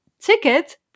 ticket